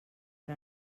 per